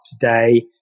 today